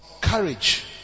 courage